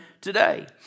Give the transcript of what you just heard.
today